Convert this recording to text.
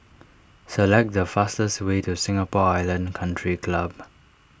select the fastest way to Singapore Island Country Club